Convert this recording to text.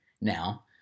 Now